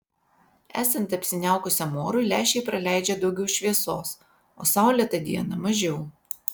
esant apsiniaukusiam orui lęšiai praleidžia daugiau šviesos o saulėtą dieną mažiau